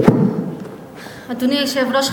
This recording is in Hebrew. אדוני היושב-ראש,